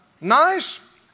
Nice